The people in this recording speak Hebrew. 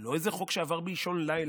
זה לא איזה חוק שעבר באישון לילה,